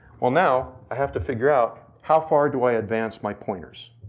will now i have to figure out, how far do i advancement pointers.